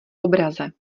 obraze